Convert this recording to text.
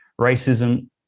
Racism